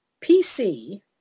PC